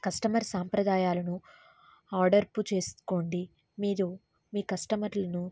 customer సాంప్రదాయాలను order పు చేసుకోండి మీరు మీ కస్టమర్లను